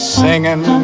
singing